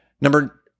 Number